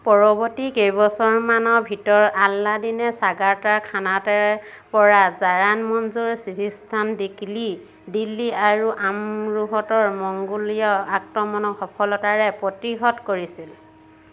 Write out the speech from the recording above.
পৰৱৰ্তী কেইবছৰমানৰ ভিতৰত আলাদ্দিনে চাগাতাৰা খানাতেৰ পৰা জাৰান মঞ্জুৰ চিভিস্তান দি কিলি দিল্লী আৰু আমৰোহতৰ মংগোলীয় আক্ৰমণক সফলতাৰে প্ৰতিহত কৰিছিল